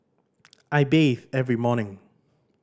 I bathe every morning